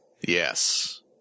Yes